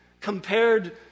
compared